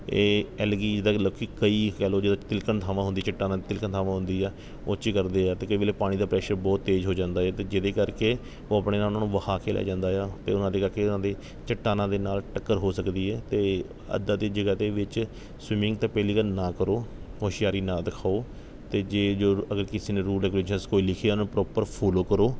ਇਹ ਐਲਗੀ ਜਿੱਦਾਂ ਕਿ ਮਤਲਬ ਕਿ ਕਈ ਕਹਿ ਲਓ ਜਦੋਂ ਤਿਲਕਣ ਥਾਵਾਂ ਹੁੰਦੀ ਚੱਟਾਨਾਂ ਤਿਲਕਣ ਥਾਵਾਂ ਹੁੰਦੀ ਆ ਉਹ 'ਚ ਕਰਦੇ ਆ ਅਤੇ ਕਈ ਵੇਲੇ ਪਾਣੀ ਦਾ ਪ੍ਰੈਸ਼ਰ ਬਹੁਤ ਤੇਜ਼ ਹੋ ਜਾਂਦਾ ਅਤੇ ਜਿਹਦੇ ਕਰਕੇ ਉਹ ਆਪਣੇ ਨਾਲ਼ ਉਹਨਾਂ ਨੂੰ ਵਹਾ ਕੇ ਲੈ ਜਾਂਦਾ ਆ ਅਤੇ ਉਹਨਾਂ ਦੇ ਕਰਕੇ ਉਹਨਾਂ ਦੀ ਚੱਟਾਨਾਂ ਦੇ ਨਾਲ਼ ਟੱਕਰ ਹੋ ਸਕਦੀ ਹੈ ਅਤੇ ਇੱਦਾਂ ਦੀ ਜਗ੍ਹਾ ਦੇ ਵਿੱਚ ਸਵੀਮਿੰਗ ਤਾਂ ਪਹਿਲੀ ਗੱਲ ਨਾ ਕਰੋ ਹੁਸ਼ਿਆਰੀ ਨਾ ਦਿਖਾਓ ਅਤੇ ਜੇ ਜੋ ਅਗਰ ਕਿਸੇ ਨੇ ਰੂਲਸ ਰੈਗੁਲੇਸ਼ਨ ਕੋਈ ਲਿਖੇ ਆ ਉਹਨੂੰ ਪ੍ਰੋਪਰ ਫੋਲੋ ਕਰੋ